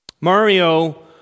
Mario